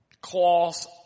cloths